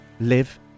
live